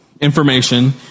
information